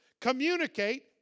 communicate